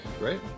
right